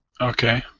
Okay